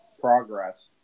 progress